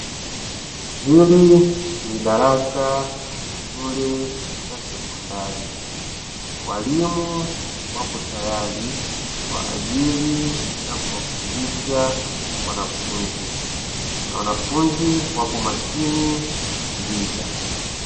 Hili ni darasa la Shule ya sekondari, walimu wapo tayari kwa ajili ya kuwafundisha wanafunzi, na wanafunzi wapo makini kusikiliza.